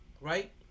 Right